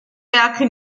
werke